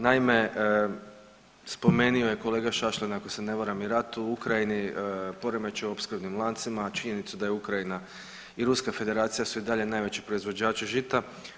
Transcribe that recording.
Naime, spomenuo je kolega Šašlina ako se ne varam i rat u Ukrajini, poremećaj u opskrbnim lancima, činjenicu da je Ukrajina i Ruska Federacija su i dalje najveći proizvođači žita.